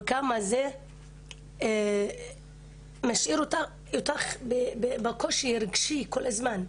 וכמה זה משאיר אותך בקושי הרגשי כל הזמן.